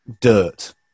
dirt